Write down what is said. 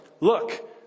Look